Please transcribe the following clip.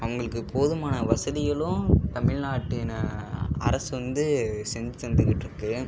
அவர்களுக்கு போதுமான வசதிகளும் தமிழ்நாட்டின் அரசு வந்து செஞ்சு தந்துக்கிட்டிருக்கு